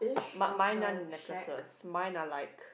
mine mine aren't necklaces mine are like